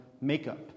makeup